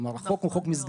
כלומר החוק הוא חוק מסגרת.